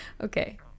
Okay